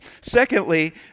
Secondly